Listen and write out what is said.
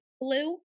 blue